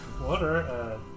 Water